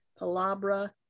Palabra